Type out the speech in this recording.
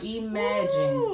imagine